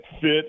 fit